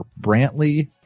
Brantley